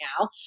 now